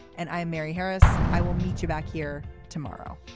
and i'm mary harris. i will meet you back here tomorrow